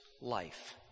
life